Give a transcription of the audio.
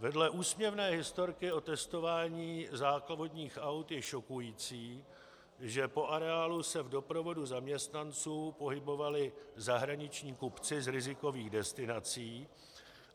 Vedle úsměvné historky o testování závodních aut je šokující, že po areálu se v doprovodu zaměstnanců pohybovali zahraniční kupci z rizikových destinací